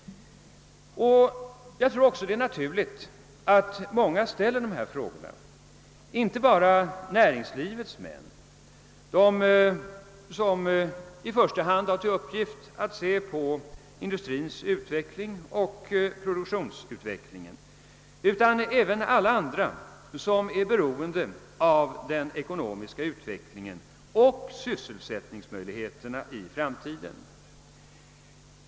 Jag tror också att det är naturligt att många ställer dessa frågor, inte bara näringslivets män, de som i första hand har till uppgift att se till industrins utveckling och produktionsutvecklingen, utan även alla andra som är beroende av den ekonomiska utvecklingen och sysselsättningsmöjligheterna i framtiden.